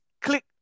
click